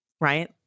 right